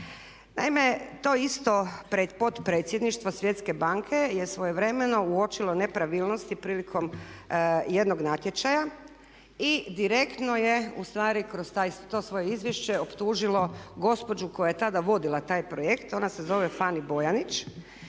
Naime, to isto potpredsjedništvo Svjetske banke je svojevremeno uočilo nepravilnosti prilikom jednog natječaja i direktno je ustvari kroz to svoje izvješće optužilo gospođu koja je tada vodila taj projekt. Ona se zove Fani Bojanić